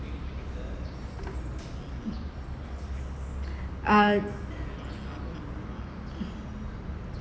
uh